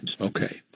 Okay